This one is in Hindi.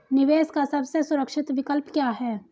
निवेश का सबसे सुरक्षित विकल्प क्या है?